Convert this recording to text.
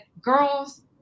girls